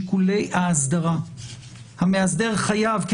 בשיקולי האסדרה המאסדר חייב לשקול את ההשפעה של האסדרה.